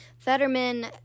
Fetterman